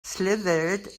slithered